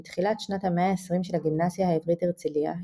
עם תחילת שנת ה-120 של הגימנסיה העברית הרצליה,